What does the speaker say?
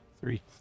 Three